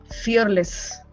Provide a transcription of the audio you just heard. Fearless